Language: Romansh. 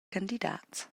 candidats